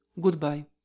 Goodbye